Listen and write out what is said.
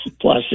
Plus